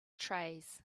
trays